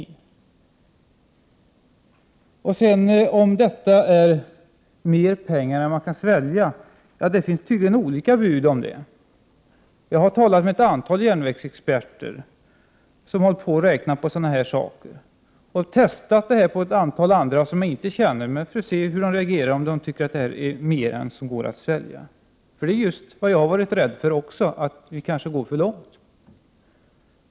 Rune Johansson säger vidare att miljöpartiets förslag innebär att man satsar mer pengar än vad man kan svälja, men det finns tydligen olika bud om detta. Jag har talat med ett antal järnvägsexperter som har gjort beräkningar i denna fråga, och jag har testat förslagen på andra för att se hur de reagerar och om de tycker att det är mer pengar än vad som går att svälja — jag har nämligen själv varit rädd för att vi kanske går för långt i våra satsningar.